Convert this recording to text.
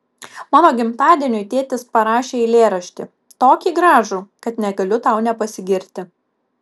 mano gimtadieniui tėtis parašė eilėraštį tokį gražų kad negaliu tau nepasigirti